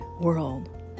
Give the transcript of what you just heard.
world